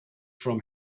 from